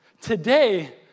Today